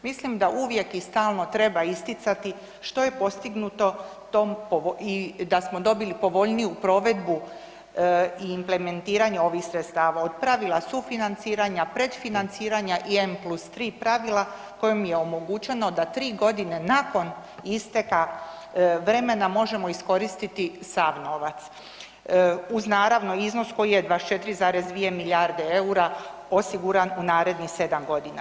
Mislim da uvijek i stalno treba isticati što je postignuto da smo dobili povoljniju provedbu i implementiranje ovih sredstava od pravila sufinanciranja, predfinanciranja i M+3 pravila kojima je omogućeno da tri godine nakon isteka vremena možemo iskoristiti sav novac uz naravno iznos koji je 24,2 milijarde eura osiguran u narednih 7 godina.